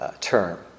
term